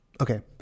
Okay